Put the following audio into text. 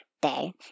day